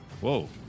Whoa